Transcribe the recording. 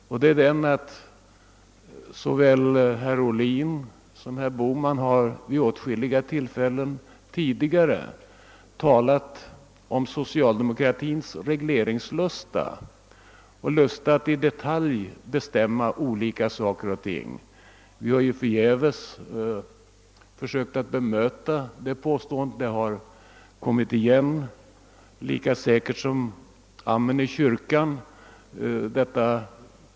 Såväl herr Ohlin som herr Bohman har vid åtskilliga tillfällen talat om socialdemokratins regleringslusta, d. v. s. lust att i detalj reglera saker och ting. Trots att vi har bemött detta påstående, har det kommit igen lika säkert som amen i kyrkan.